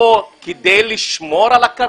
ולהציג זאת כאילו זה כדי לשמור על הקרקע?